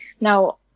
Now